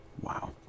Wow